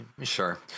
sure